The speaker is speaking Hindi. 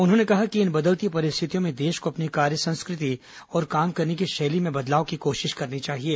उन्होंने कहा कि इन बदलती परिस्थितियों में देश को अपनी कार्य संस्कृति और काम करने की शैली में बदलाव की कोशिश करनी चाहिये